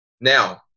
Now